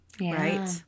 right